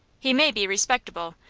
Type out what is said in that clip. he may be respectable,